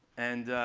and